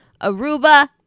Aruba